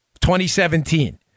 2017